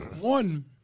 One